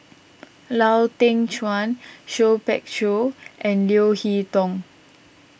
Lau Teng Chuan Seah Peck Seah and Leo Hee Tong